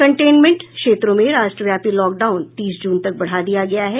containment क्षेत्रों में राष्ट्रव्यापी लॉकडाउन तीस जून तक बढ़ा दिया गया है